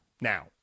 Now